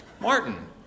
Martin